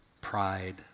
pride